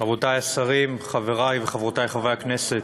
רבותי השרים, חברי וחברותי חברי הכנסת,